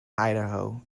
idaho